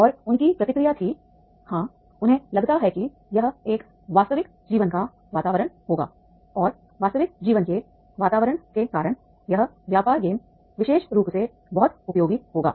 और उनकी प्रतिक्रिया थी हां उन्हें लगता है कि यह एक वास्तविक जीवन का वातावरण होगा और वास्तविक जीवन के वातावरण के कारण यह व्यापार गेम विशेष रूप से बहुत उपयोगी होगा